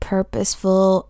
Purposeful